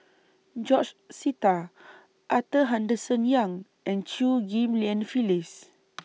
George Sita Arthur Henderson Young and Chew Ghim Lian Phyllis